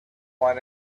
want